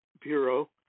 Bureau